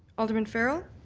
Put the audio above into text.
alderman farrell?